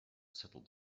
settled